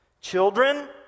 Children